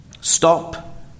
Stop